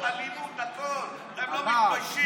דוד אמסלם, אני לא מתייאש.